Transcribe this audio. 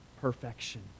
perfection